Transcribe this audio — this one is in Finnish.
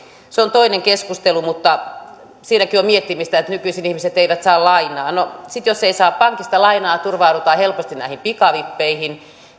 se on toinen keskustelu mutta siinäkin on miettimistä että nykyisin ihmiset eivät saa lainaa no sitten jos ei saa pankista lainaa turvaudutaan helposti näihin pikavippeihin